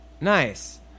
nice